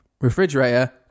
refrigerator